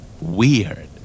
Weird